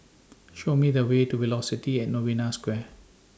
Show Me The Way to Velocity At Novena Square